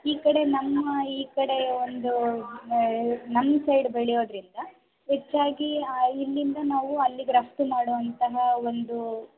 ಈ ಕಡೆ ನಮ್ಮ ಈ ಕಡೆ ಒಂದು ನಮ್ಮ ಸೈಡ್ ಬೆಳೆಯೋದ್ರಿಂದ ಹೆಚ್ಚಾಗಿ ಇಲ್ಲಿಂದ ನಾವು ಅಲ್ಲಿಗೆ ರಫ್ತು ಮಾಡೋವಂತಹ ಒಂದು